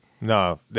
No